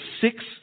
six